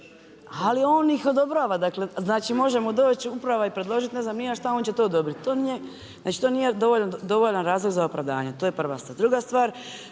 ali on ih odobrava, dakle, znači može mu doći uprava i predložiti ne znam ni ja šta i on će to odobriti. To nije dovaljan razlog za opravdanje. To je prva stvar.